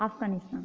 Afghanistan